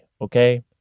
okay